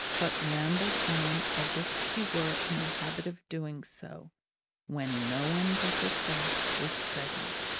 but rambled on as if she were in the habit of doing so when no one but herself was present.